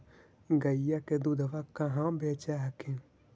गईया के दूधबा कहा बेच हखिन?